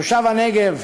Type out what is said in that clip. כתושב הנגב,